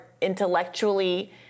intellectually